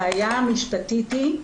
הבעיה המשפטית היא,